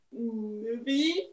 movie